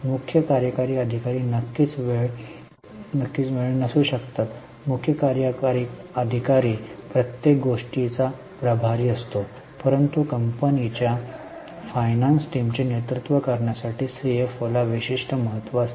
मुख्य कार्यकारी अधिकारी नक्कीच वेळ नसू शकतात मुख्य कार्यकारी अधिकारी प्रत्येक गोष्टीचा प्रभारी असतो परंतु कंपनीच्या फायनान्स टीमचे नेतृत्व करण्यासाठी सीएफओला विशिष्ट महत्त्व असते